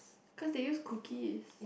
cause they use cookies